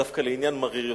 דווקא לעניין מריר יותר.